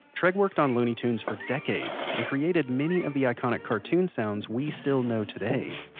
treg worked on looney tunes for decades and created many of the iconic cartoon sounds we still know today